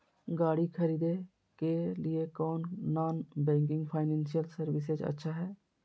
गाड़ी खरीदे के लिए कौन नॉन बैंकिंग फाइनेंशियल सर्विसेज अच्छा है?